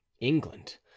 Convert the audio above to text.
england